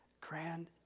grand